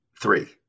three